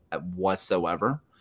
whatsoever